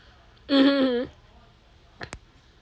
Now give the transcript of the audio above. mmhmm